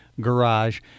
garage